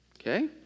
Okay